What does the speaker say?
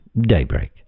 daybreak